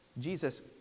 Jesus